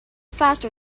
faster